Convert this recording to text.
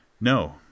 no